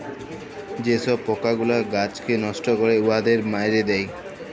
যে ছব পকাগুলা গাহাচকে লষ্ট ক্যরে উয়াদের মাইরে দেয়